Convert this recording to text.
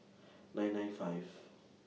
nine nine five